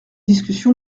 discussion